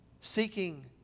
Seeking